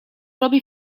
robi